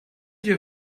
your